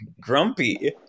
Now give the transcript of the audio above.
grumpy